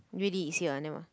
really you see our name ah